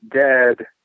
dead